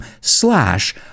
slash